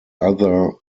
other